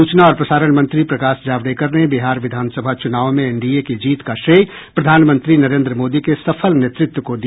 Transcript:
सूचना और प्रसारण मंत्री प्रकाश जावड़ेकर ने बिहार विधानसभा चूनाव में एनडीए की जीत का श्रेय प्रधानमंत्री नरेन्द्र मोदी के सफल नेतृत्व को दिया